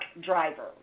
driver